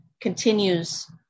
continues